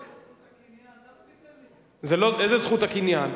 אתה לא יכול, זה זכות הקניין,